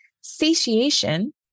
satiation